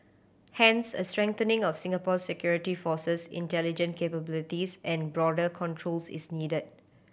hence a strengthening of Singapore security forces intelligence capabilities and border controls is needed